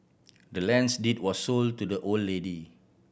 the land's deed was sold to the old lady